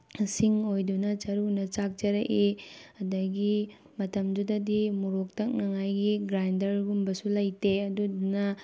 ꯁꯤꯡ ꯑꯣꯏꯗꯨꯅ ꯆꯔꯨꯅ ꯆꯥꯛ ꯆꯥꯔꯛꯏ ꯑꯗꯒꯤ ꯃꯇꯝꯗꯨꯗꯗꯤ ꯃꯣꯔꯣꯛ ꯇꯛꯅꯉꯥꯏꯒꯤ ꯒ꯭ꯔꯥꯏꯟꯗꯔꯒꯨꯝꯕꯁꯨ ꯂꯩꯇꯦ ꯑꯗꯨꯗꯨꯅ